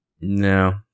No